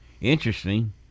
Interesting